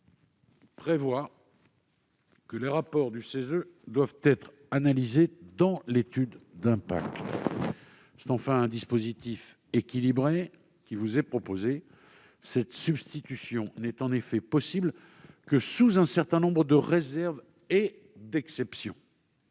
loi prévoit que les rapports du CESE doivent être analysés dans l'étude d'impact. Enfin, c'est un dispositif équilibré qui vous est proposé. Cette substitution n'est en effet possible que sous un certain nombre de réserves et d'exceptions.